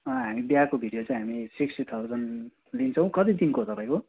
हामी बिहाको भिडियो चाहिँ हामी सिक्स्टी थाउजन्ड लिन्छौँ कति दिनको हो तपाईँको